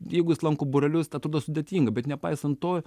jeigu jis lanko būrelius tai atrodo sudėtinga bet nepaisant to